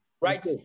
Right